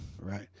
Right